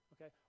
okay